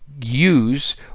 use